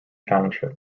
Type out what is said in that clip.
township